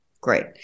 Great